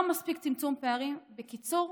לא מספיק צמצום פערים, בקיצור,